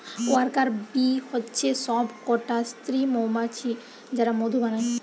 worker bee হচ্ছে সব কটা স্ত্রী মৌমাছি যারা মধু বানায়